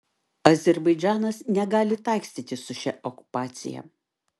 azerbaidžanas negali taikstytis su šia okupacija